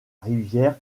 rivière